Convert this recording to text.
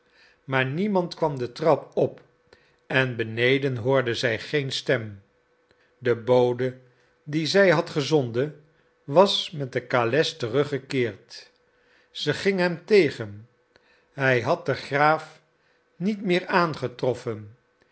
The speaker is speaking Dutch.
maar niemand kwam de trap op en beneden hoorde zij geen stem de bode dien zij had gezonden was met de kales teruggekeerd zij ging hem tegen hij had den graaf niet meer aangetroffen